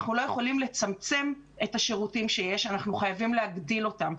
אנחנו לא יכולים לצמצם את השירותים שיש אלא אנחנו חייבים להגדיל אותם.